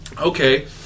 Okay